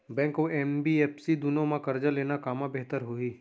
Bank अऊ NBFC दूनो मा करजा लेना कामा बेहतर होही?